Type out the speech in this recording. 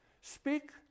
speak